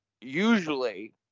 usually